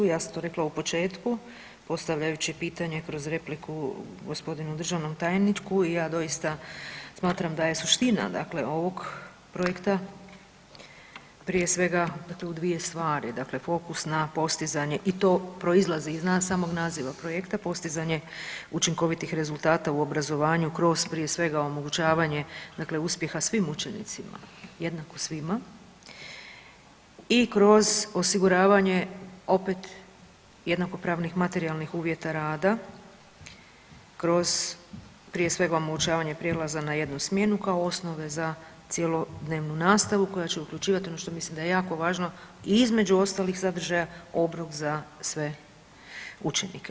Ja sam to rekla u početku postavljajući pitanje kroz repliku g. državnom tajniku i ja doista smatram da je suština dakle ovog projekta prije svega dakle u dvije stvari, dakle fokus na postizanje i to proizlazi iz samog naziva projekta postizanje učinkovitih rezultata u obrazovanju kroz prije svega omogućavanje dakle uspjeha svim učenicima, jednako svima i kroz osiguravanje opet jednakopravnih materijalnih uvjeta rada kroz prije svega omogućavanja prijelaza na jednu smjenu kao osnove za cjelodnevnu nastavu koja će uključivat ono što mislim da je jako važno između ostalih sadržaja obrok za sve učenike.